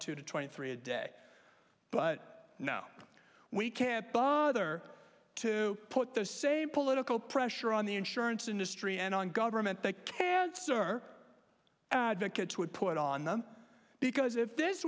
two twenty three a day but now we can't bother to put those same political pressure on the insurance industry and on government that parents are advocates would put on them because if this